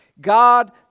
God